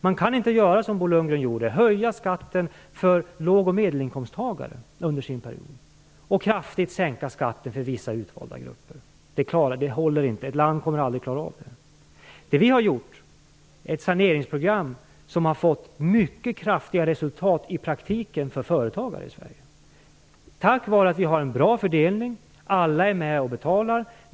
Man kan inte göra som Bo Lundgren gjorde under sin period; höja skatten för låg och medelinkomsttagare, och kraftigt sänka den för vissa utvalda grupper. Det håller inte. Ett land klarar aldrig av det. Vi har genomfört ett saneringsprogram som har fått mycket kraftiga resultat i praktiken för företagare i Sverige. Vi har en bra fördelning. Alla är med och betalar.